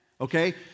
okay